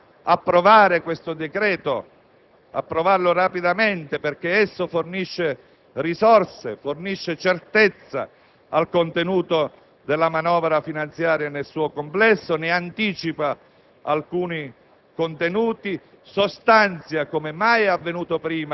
Signor Presidente, ho già detto all'inizio che intendiamo approvare questo decreto, approvarlo rapidamente, perché esso fornisce risorse, fornisce certezza al contenuto della manovra finanziaria nel suo complesso, ne anticipa